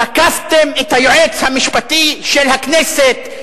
תקפתם את היועץ המשפטי של הכנסת,